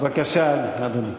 בבקשה, אדוני.